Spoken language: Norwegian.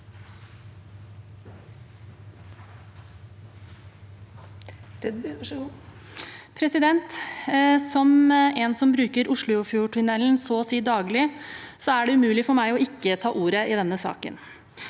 Som en som bru- ker Oslofjordtunnelen så å si daglig, er det umulig for meg å ikke ta ordet i denne saken.